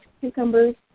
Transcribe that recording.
cucumbers